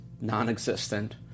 non-existent